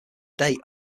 date